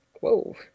whoa